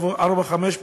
ארבע או חמש פעמים,